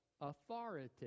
authority